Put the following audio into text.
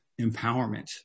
empowerment